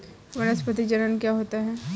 वानस्पतिक जनन क्या होता है?